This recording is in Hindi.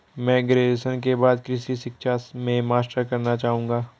मैं ग्रेजुएशन के बाद कृषि शिक्षा में मास्टर्स करना चाहूंगा